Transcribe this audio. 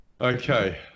Okay